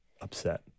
upset